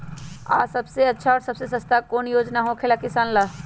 आ सबसे अच्छा और सबसे सस्ता कौन योजना होखेला किसान ला?